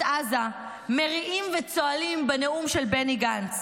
עזה מריעים וצוהלים בנאום של בני גנץ.